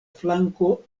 flanko